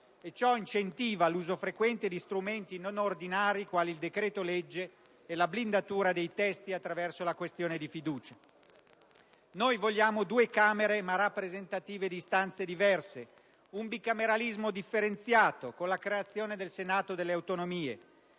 ciò incentiva l'uso frequente di strumenti non ordinari, quali il decreto-legge e la blindatura dei testi attraverso la questione dì fiducia. Noi vogliamo due Camere ma rappresentative di istanze diverse, un bicameralismo differenziato, con la creazione del Senato delle Autonomie.